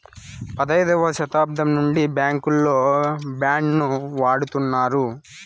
పదైదవ శతాబ్దం నుండి బ్యాంకుల్లో బాండ్ ను వాడుతున్నారు